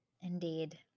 Indeed